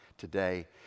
Today